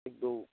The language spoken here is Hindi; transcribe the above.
एक दो